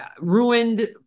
ruined